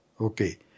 Okay